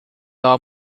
all